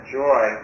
joy